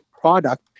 product